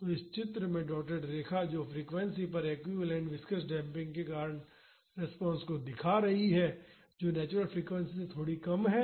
तो इस चित्र में डॉटेड रेखा जो फ्रीक्वेंसी पर एक्विवैलेन्ट विस्कॉस डेम्पिंग के कारण रिस्पांस को दिखा रही है जो नेचुरल फ्रीक्वेंसी से थोड़ी कम है